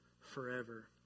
forever